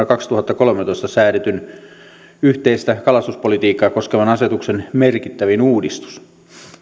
kaksituhattakolmetoista säädetyn yhteistä kalastuspolitiikkaa koskevan asetuksen merkittävin uudistus